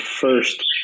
first